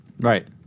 right